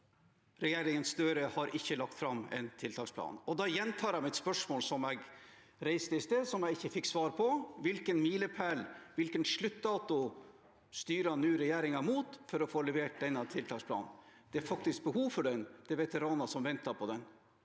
regjeringen Støre har ikke lagt fram en tiltaksplan. Da gjentar jeg mitt spørsmål som jeg reiste i sted, og som jeg ikke fikk svar på: Hvilken milepæl, hvilken sluttdato, styrer nå regjeringen mot for å få levert denne tiltaksplanen? Det er faktisk behov for den – det er veteraner som venter på den.